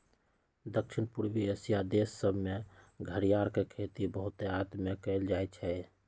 दक्षिण पूर्वी एशिया देश सभमें घरियार के खेती बहुतायत में कएल जाइ छइ